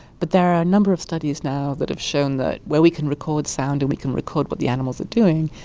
but there are a number of studies now that have shown that where we can record sound and we can record what the animals are doing,